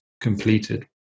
completed